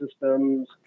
systems